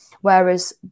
whereas